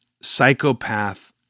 psychopath